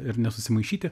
ir nesusimaišyti